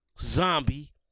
zombie